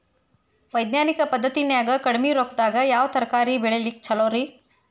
ವೈಜ್ಞಾನಿಕ ಪದ್ಧತಿನ್ಯಾಗ ಕಡಿಮಿ ರೊಕ್ಕದಾಗಾ ಯಾವ ತರಕಾರಿ ಬೆಳಿಲಿಕ್ಕ ಛಲೋರಿ?